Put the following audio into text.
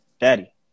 Daddy